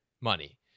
money